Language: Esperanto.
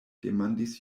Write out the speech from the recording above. demandis